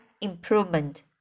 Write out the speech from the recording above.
improvement